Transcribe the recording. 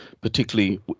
particularly